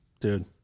Dude